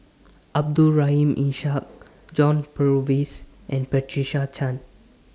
Abdul Rahim Ishak John Purvis and Patricia Chan